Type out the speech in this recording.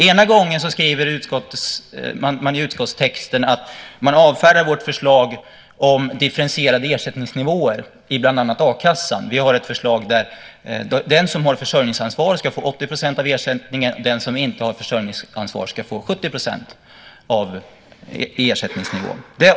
På ett ställe i utskottstexten avfärdar man vårt förslag om differentierade ersättningsnivåer i bland annat a-kassan - vi har ett förslag där den som har försörjningsansvar ska få 80 % i ersättningsnivå och den som inte har det ska få 70 %.